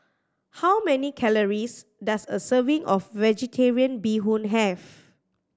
how many calories does a serving of Vegetarian Bee Hoon have